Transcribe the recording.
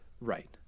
Right